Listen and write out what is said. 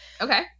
Okay